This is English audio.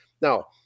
Now